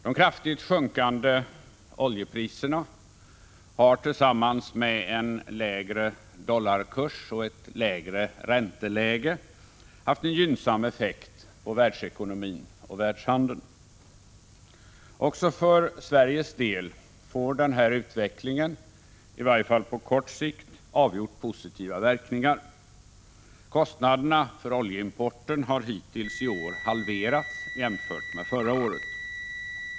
De kraftigt sjunkande oljepriserna har tillsammans med en lägre dollarkurs och ett lägre ränteläge haft en gynnsam effekt på världsekonomin och världshandeln. Också för Sveriges del får denna utveckling — i varje fall på kort sikt — avgjort positiva verkningar. Kostnaderna för oljeimporten har hittills i år halverats jämfört med förra året.